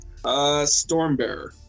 Stormbearer